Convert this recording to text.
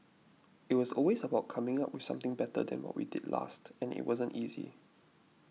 it was always about coming up with something better than what we did last and it wasn't easy